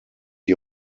die